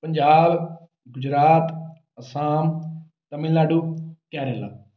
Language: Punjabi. ਪੰਜਾਬ ਗੁਜਰਾਤ ਆਸਾਮ ਤਮਿਲਨਾਡੂ ਕੇਰਲ